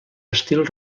estil